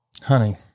Honey